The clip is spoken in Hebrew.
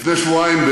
לפני שבועיים,